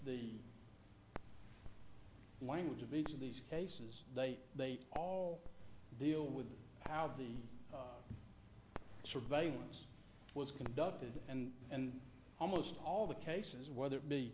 the language of each of these cases they they all deal with how the surveillance was conducted and and almost all the cases whether it be